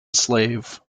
slave